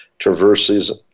traverses